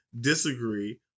Disagree